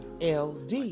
LD